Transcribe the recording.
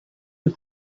you